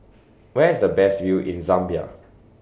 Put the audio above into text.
Where IS The Best View in Zambia